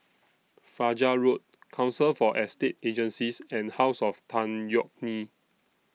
Fajar Road Council For Estate Agencies and House of Tan Yeok Nee